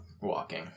walking